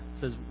says